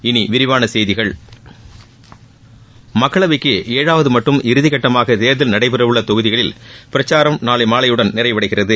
இனி விரிவான செய்திகள் மக்களவைக்கு ஏழாவது மற்றும் இறுதிக்கட்டமாக தேர்தல் நடைபெறவுள்ள தொகுதிகளில் பிரச்சாரம் நாளை மாலையுடன் நிறைவடைகிறது